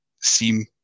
seem